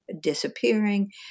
disappearing